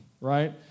right